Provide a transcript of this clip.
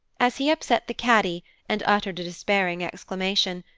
as he upset the caddy and uttered a despairing exclamation,